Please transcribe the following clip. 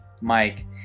Mike